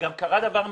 גם קרה דבר מעניין.